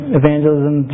evangelism